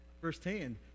firsthand